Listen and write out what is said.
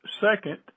Second